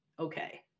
okay